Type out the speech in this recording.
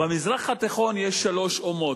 שבמזרח התיכון יש שלוש אומות: